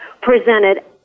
presented